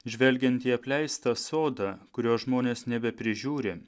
žvelgiant į apleistą sodą kurio žmonės nebeprižiūri